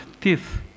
teeth